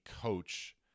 coach